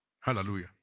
Hallelujah